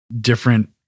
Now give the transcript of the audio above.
different